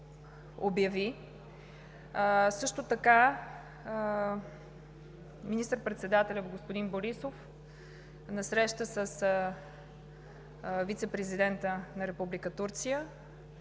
Също така министър-председателят господин Борисов на среща с вицепрезидента на Република